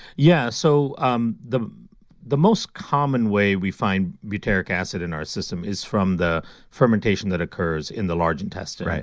yeah. so um the the most common way we find butyric acid in our system is from the fermentation that occurs in the large intestine.